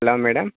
hello madam